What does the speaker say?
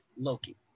Loki